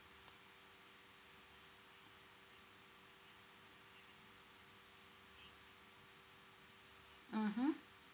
mmhmm